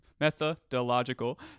methodological